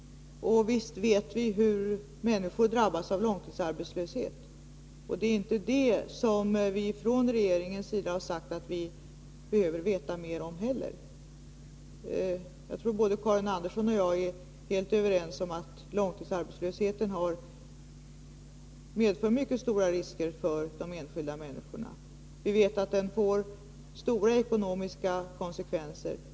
Visst vet vi hur människor drabbas av långtidsarbetslöshet. Det är inte heller det som vi från regeringens sida har sagt att vi behöver veta mer om. Jag tror att Karin Andersson och jag är helt överens om att långtidsarbetslösheten har medfört mycket stora risker för de enskilda människorna. Vi vet att den får stora ekonomiska konsekvenser.